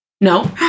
No